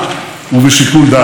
תודה ששאלת.